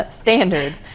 standards